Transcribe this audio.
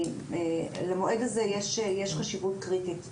למועד הזה יש חשיבות קריטית לאסדרה.